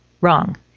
Wrong